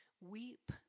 Weep